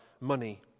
money